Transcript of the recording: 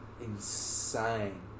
insane